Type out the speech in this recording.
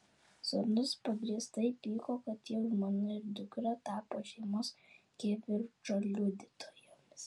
sūnus pagrįstai pyko kad jo žmona ir dukra tapo šeimos kivirčo liudytojomis